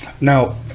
now